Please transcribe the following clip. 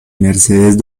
mercedes